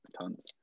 tons